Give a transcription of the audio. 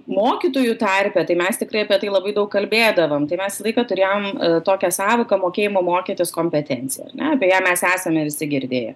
mokytojų tarpe tai mes tikrai apie tai labai daug kalbėdavom tai mes visą laiką turėjom tokią sąvoką mokėjimo mokytis kompetencija ar ne apie ją mes esame visi girdėję